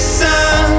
sun